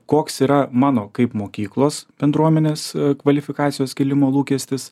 koks yra mano kaip mokyklos bendruomenės kvalifikacijos kėlimo lūkestis